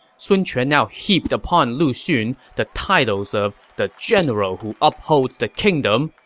sun quan now heaped upon lu xun the titles of the general who upholds the kingdom,